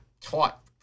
taught